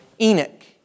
Enoch